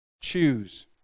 Choose